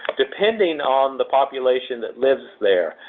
depending on the population that lives there.